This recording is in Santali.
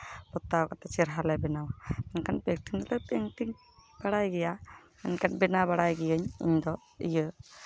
ᱯᱚᱛᱟᱣ ᱠᱟᱛᱮ ᱪᱮᱦᱨᱟ ᱞᱮ ᱵᱮᱱᱟᱣᱟ ᱢᱮᱱᱠᱷᱟᱱ ᱯᱮᱱᱴᱤᱝ ᱫᱚ ᱯᱮᱱᱴᱤᱝ ᱵᱟᱲᱟᱭ ᱜᱮᱭᱟ ᱮᱱᱠᱷᱟᱱ ᱵᱮᱱᱟᱣ ᱵᱟᱲᱟᱭ ᱜᱤᱭᱟᱹᱧ ᱤᱧᱫᱚ ᱤᱭᱟᱹ